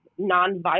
nonviolent